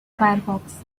firefox